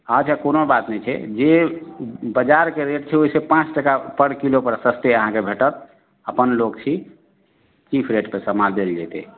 अच्छा कोनो बात नहि छै जे बजारके रेट छै ओहिसे पाँच टका पर किलो पर सस्ते अहाँके भेटत अपन लोक छी चीफ रेट पर समान देल जेतै